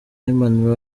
human